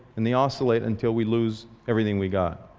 and they oscillate until we lose everything we've got.